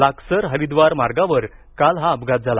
लाकसर हरिद्वार मार्गावर काल हा अपघात झाला